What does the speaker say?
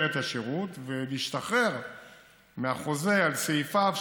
את השירות ולהשתחרר מהחוזה על סעיפיו,